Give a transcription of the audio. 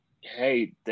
hey